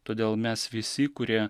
todėl mes visi kurie